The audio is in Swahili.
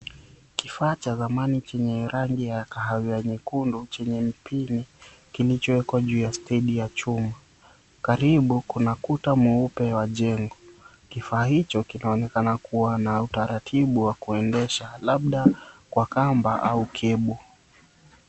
Kifaa cha zamani yenye rangi ya kahawia , nyekundu chenye mpini kilichowekwa juu kwenye stendi ya chumba karibu kuna kuta mweupe wa jengo kifaa hicho kinaonekana kuwa na utaratibu wa kuendesha labda kwa kamba au kebo.